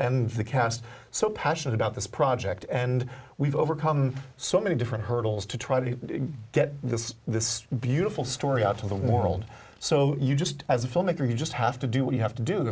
and the cast so passionate about this object and we've overcome so many different hurdles to try to get this this beautiful story out to the world so you just as a filmmaker you just have to do what you have to do